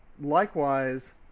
Likewise